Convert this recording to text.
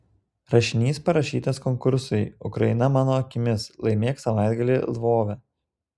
rašinys parašytas konkursui ukraina mano akimis laimėk savaitgalį lvove